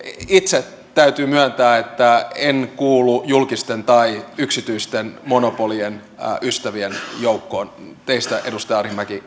itse täytyy myöntää että en kuulu julkisten tai yksityisten monopolien ystävien joukkoon teistä edustaja arhinmäki